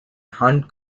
hunt